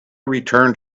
returned